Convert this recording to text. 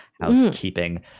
housekeeping